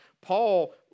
Paul